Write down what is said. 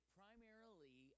primarily